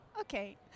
Okay